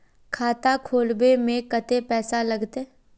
खाता खोलबे में कते पैसा लगते?